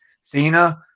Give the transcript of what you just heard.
Cena